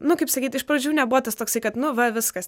nu kaip sakyti iš pradžių nebuvo tas toksai kad nu va viskas